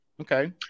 Okay